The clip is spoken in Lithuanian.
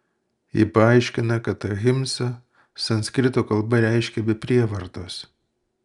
ji paaiškina kad ahimsa sanskrito kalba reiškia be prievartos